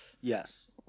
Yes